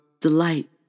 delight